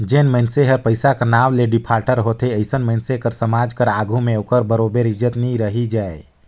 जेन मइनसे हर पइसा कर नांव ले डिफाल्टर होथे अइसन मइनसे कर समाज कर आघु में ओकर बरोबेर इज्जत नी रहि जाए